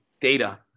data